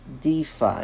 DeFi